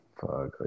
fuck